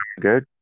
good